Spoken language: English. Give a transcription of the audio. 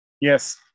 Yes